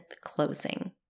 closing